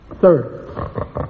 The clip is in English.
Third